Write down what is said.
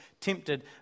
tempted